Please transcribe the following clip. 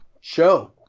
show